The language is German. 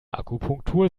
akupunktur